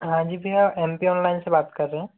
हाँ जी भैया एम पी ऑनलाइन से बात कर रहे हैं